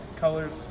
colors